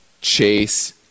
chase